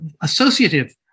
associative